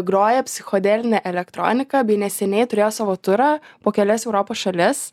groja psichodelinę elektroniką bei neseniai turėjo savo turą po kelias europos šalis